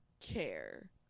care